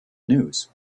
news